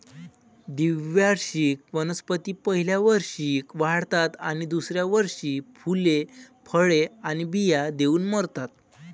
द्विवार्षिक वनस्पती पहिल्या वर्षी वाढतात आणि दुसऱ्या वर्षी फुले, फळे आणि बिया देऊन मरतात